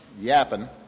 yapping